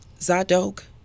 Zadok